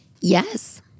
Yes